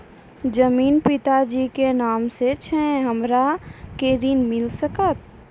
जमीन पिता जी के नाम से छै हमरा के ऋण मिल सकत?